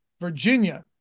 Virginia